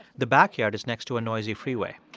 the backyard is next to a noisy freeway.